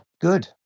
good